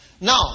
Now